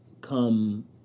come